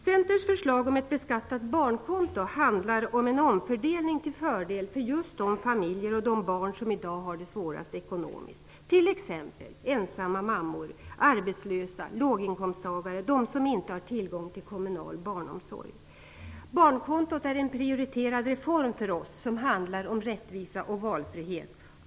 Centerns förslag om ett beskattat barnkonto handlar om en omfördelning till fördel för just de familjer och barn som i dag har det svårast ekonomiskt, t.ex. ensamma mammor, arbetslösa, låginkomsttagare, de som inte har tillgång till kommunal barnomsorg. Barnkontot är för oss en prioriterad reform, som handlar om rättvisa och valfrihet.